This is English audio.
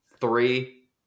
three